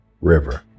river